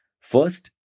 First